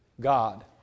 God